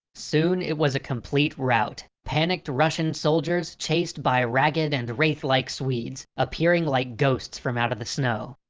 soon it was a complete rout, panicked russian soldiers chased by ragged and wraith-like swedes appearing like ghosts from out of the snow.